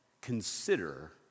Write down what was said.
consider